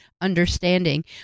understanding